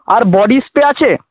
আর body spray আছে